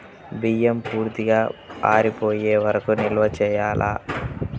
బియ్యం పూర్తిగా ఆరిపోయే వరకు నిల్వ చేయాలా?